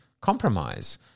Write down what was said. compromise